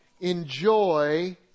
enjoy